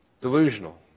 Delusional